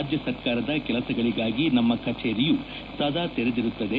ರಾಜ್ಯ ಸರ್ಕಾರದ ಕೆಲಸಗಳಿಗಾಗಿ ನಮ್ಮ ಕಚೇರಿಯು ಸದಾ ತೆರೆದಿರುತ್ತದೆ